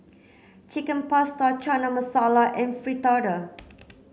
Chicken Pasta Chana Masala and Fritada